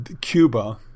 Cuba